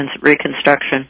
reconstruction